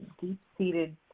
deep-seated